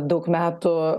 daug metų